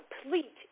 complete